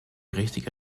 richtige